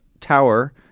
tower